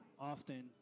often